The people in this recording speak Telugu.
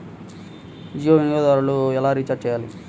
జియో వినియోగదారులు ఎలా రీఛార్జ్ చేయాలి?